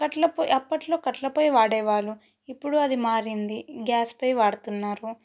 అప్పట్లో పొయ్యి అప్పట్లో కట్టెల పొయ్యి వాడేవారు ఇప్పుడు అది మారింది గ్యాస్ పొయ్యి వాడుతున్నారు